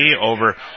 over